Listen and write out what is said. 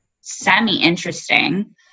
semi-interesting